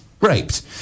raped